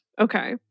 Okay